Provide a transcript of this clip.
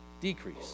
decrease